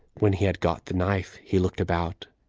when he had got the knife, he looked about,